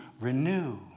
renew